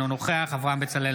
אינו נוכח אברהם בצלאל,